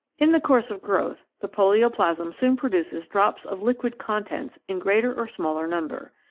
in the course of growth the polioplasm soon produces drops of liquid contents in greater or smaller number.